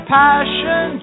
passion